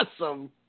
Awesome